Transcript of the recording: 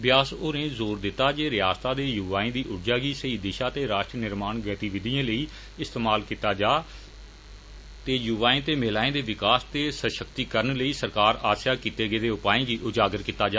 ब्यास होरें जोर दिता जे रियासता दे युवाएं दी ऊर्जा गी सही दिषा ते राश्ट्र निर्माण गतिविधिएं लेई इस्तेमाल कीता जा ते युवाएं ते महिलाएं दे विकास ते सषक्तिकरण लेई सरकार आस्सै कीते गेदे उपाऽएं गी उजागर कीत जा